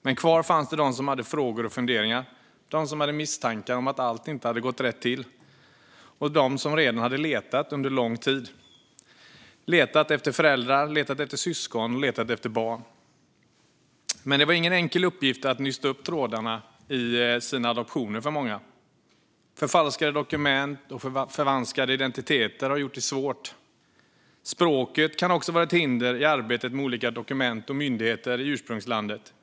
Men kvar fanns de som hade frågor och funderingar, de som hade misstankar om att allt inte gått rätt till och de som redan hade letat under lång tid. De hade letat efter föräldrar, syskon och barn. För många var det ingen enkel uppgift att nysta upp trådarna i sina adoptioner. Förfalskade dokument och förvanskade identiteter gjorde det svårt. Språket kan också vara ett hinder i arbetet med olika dokument och myndigheter i ursprungslandet.